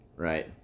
Right